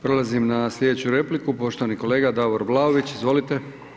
Prelazim na slijedeću repliku, poštovani kolega Davor Vlaović, izvolite.